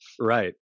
right